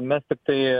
mes tiktai